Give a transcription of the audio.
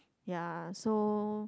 ya so